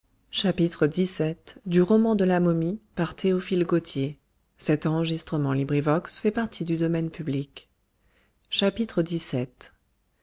de la momie